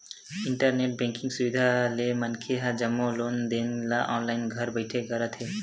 internet banking सुबिधा ले मनखे ह जम्मो लेन देन ल ऑनलाईन घर बइठे करत हे